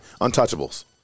Untouchables